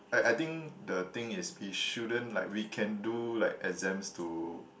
I I think the thing is we shouldn't like we can do like exams to